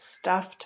stuffed